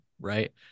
Right